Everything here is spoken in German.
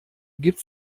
gibt